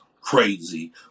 crazy